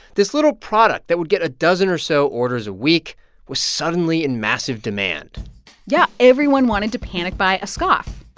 this little product that would get a dozen or so orders a week was suddenly in massive demand yeah. everyone wanted to panic-buy a scough.